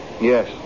Yes